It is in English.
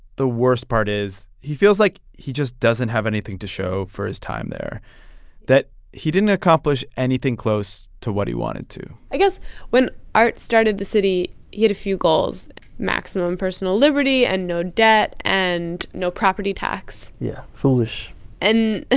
the worst part is he feels like he just doesn't have anything to show for his time there that he didn't accomplish anything close to he wanted to i guess when art started the city, he had a few goals maximum personal liberty and no debt and no property tax yeah, foolish and